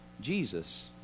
Jesus